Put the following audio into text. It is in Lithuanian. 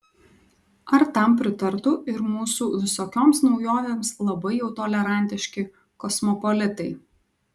ar tam pritartų ir mūsų visokioms naujovėms labai jau tolerantiški kosmopolitai